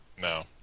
No